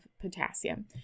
potassium